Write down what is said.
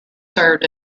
served